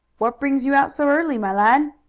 what brings you out so early, my lad?